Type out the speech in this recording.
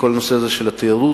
לכל הנושא הזה של התיירות,